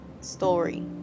story